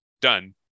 done